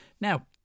Now